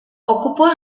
ocupó